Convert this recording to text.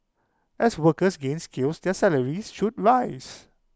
as workers gain skills their salaries should rise